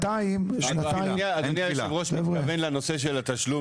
משנק אדוני היו"ר מתכוון לנושא של התשלום